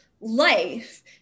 life